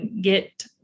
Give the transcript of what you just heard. get